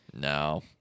No